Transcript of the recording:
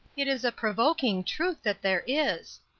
it is a provoking truth that there is.